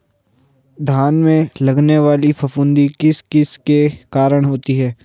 धान में लगने वाली फफूंदी किस किस के कारण होती है?